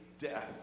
death